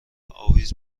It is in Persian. اویز